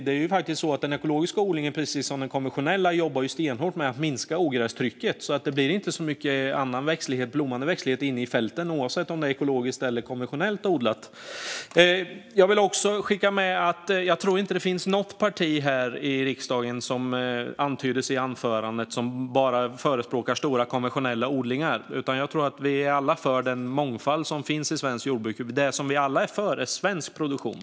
Den ekologiska odlingen jobbar, precis som den konventionella, stenhårt med att minska ogrästrycket. Det blir alltså inte särskilt mycket annan blommande växtlighet inne i fälten, oavsett om det är ekologiskt eller konventionellt odlat. Jag vill också skicka med att jag inte tror att något parti här i riksdagen skulle förespråka bara stora konventionella odlingar, vilket antyddes i anförandet. Jag tror att vi alla är för den mångfald som finns i svenskt jordbruk. Det som vi alla är för är svensk produktion.